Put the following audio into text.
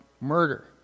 Murder